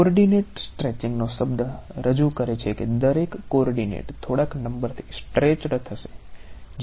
coordinate સ્ટ્રેચિંગનો શબ્દ રજુ કરે છે કે દરેક કોઓર્ડિનેટ થોડાક નંબર થી સ્ટ્રેચડ થશે